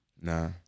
Nah